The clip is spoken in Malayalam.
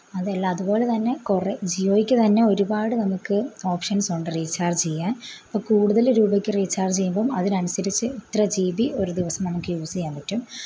അതല്ലാ അതുപോലെ തന്നെ കുറെ ജിയോക്ക് തന്നെ ഒരുപാട് നമുക്ക് ഓപ്ഷൻസൊണ്ട് റീചാർജ് ചെയ്യാൻ അപ്പം കൂടുതൽ രൂപക്ക് റീചാർജ് ചെയ്യുമ്പം അതിനനുസരിച്ച് ഇത്ര ജി ബി ഒരു ദിവസം നമുക്ക് യൂസ് ചെയ്യാൻ പറ്റും